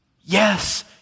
Yes